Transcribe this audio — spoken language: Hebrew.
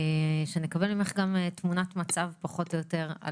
שנקבל ממך גם תמונת מצב פחות או יותר על